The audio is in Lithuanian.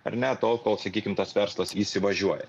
ar ne tol kol sakykim tas verslas įsivažiuoja